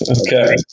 Okay